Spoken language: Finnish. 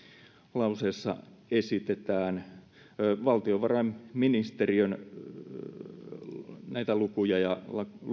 vastalauseessa esitetään valtiovarainministeriön lukuja ja